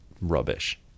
rubbish